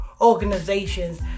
organizations